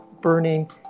burning